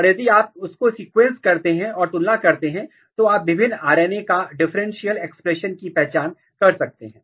और यदि आप उसको सिक्वेंस करते हैं और तुलना करते हैं तो आप विभिन्न RNA का डिफरेंशियल एक्सप्रेशन की पहचान कर सकते हैं